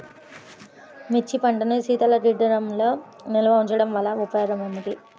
మిర్చి పంటను శీతల గిడ్డంగిలో నిల్వ ఉంచటం వలన ఉపయోగం ఏమిటి?